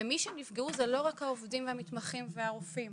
ומי שנפגעו זה לא רק העובדים והמתמחים והרופאים,